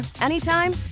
anytime